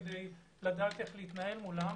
כדי לדעת איך להתנהל מולם.